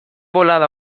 bolada